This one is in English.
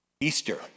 Easter